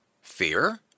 Fear